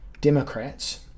Democrats